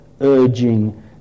urging